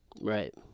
Right